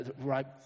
right